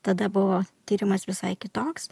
tada buvo tyrimas visai kitoks